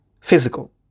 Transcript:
Physical